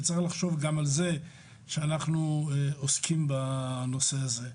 וצריך לחשוב גם על זה כשאנחנו עוסקים בנושא הזה.